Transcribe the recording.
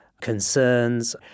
concerns